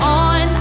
on